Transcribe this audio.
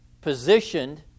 positioned